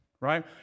right